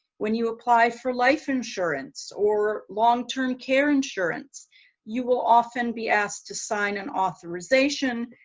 when you apply for life insurance or long-term care insurance you will often be asked to sign an authorization